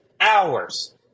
hours